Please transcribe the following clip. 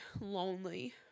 lonely